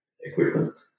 equipment